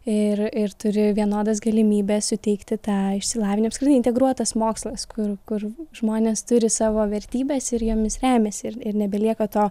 ir ir turi vienodas galimybes suteikti tą išsilavinimą apskritai integruotas mokslas kur kur žmonės turi savo vertybes ir jomis remiasi ir ir nebelieka to